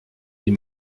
die